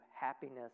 happiness